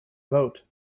vote